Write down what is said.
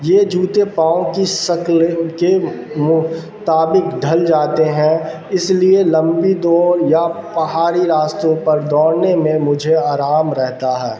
یہ جوتے پاؤں کی شکلوں کے مطابق ڈھل جاتے ہیں اس لیے لمبی دوڑ یا پہاڑی راستوں پر دوڑنے میں مجھے آرام رہتا ہے